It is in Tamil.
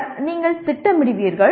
பின்னர் நீங்கள் திட்டமிடுவீர்கள்